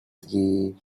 the